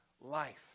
life